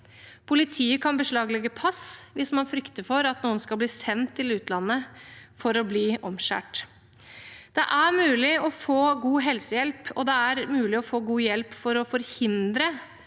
Politiet kan beslaglegge pass hvis man frykter for at noen skal bli sendt til utlandet for å bli omskåret. Det er mulig å få god helsehjelp, og det er mulig å få god hjelp for å forhindre